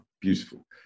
beautiful